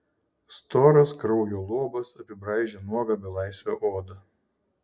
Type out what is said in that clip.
storas kraujo luobas apibraižė nuogą belaisvio odą